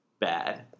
bad